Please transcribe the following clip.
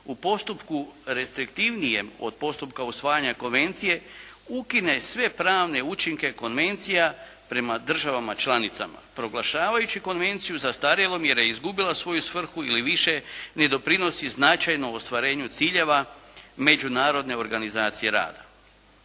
u postupku restriktivnijem od postupka usvajanja konvencije ukine sve pravne učinke konvencija prema država članicama proglašavajući konvenciju zastarjelom jer je izgubila svoju svrhu ili više ne doprinosi značajnom ostvarenju ciljeva međunarodne organizacije rada.